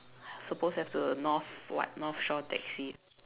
supposed to have the north what north shore taxi